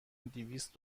دویست